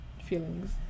feelings